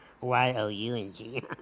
Y-O-U-N-G